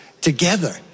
together